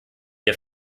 wir